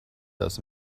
dass